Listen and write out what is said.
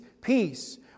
peace